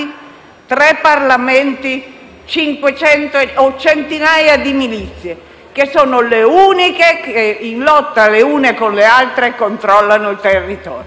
tre Parlamenti e di centinaia di milizie, che sono le uniche che, in lotta le une con le altre, controllano il territorio.